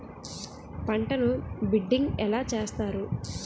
పంటను బిడ్డింగ్ ఎలా చేస్తారు?